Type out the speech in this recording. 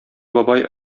бабай